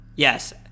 Yes